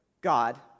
God